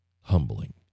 humbling